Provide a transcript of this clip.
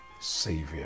Savior